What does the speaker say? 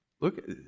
Look